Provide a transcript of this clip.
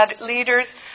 leaders